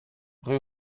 rue